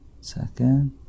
Second